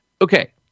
Okay